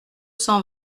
cent